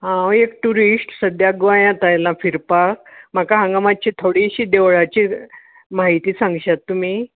हांव एक टुरीस्ट सद्या गोंयात आयलां फिरपाक म्हाका हांगा मातशी थोडिशी देवळाचे म्हायती सांगशात तुमी